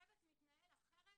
שצוות מתנהל אחרת